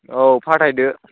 औ फाथायदो